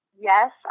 yes